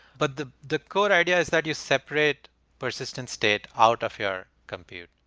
but the the core ideas that you separate persistent state out of your compute.